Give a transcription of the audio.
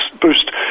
boost